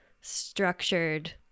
structured